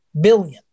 billion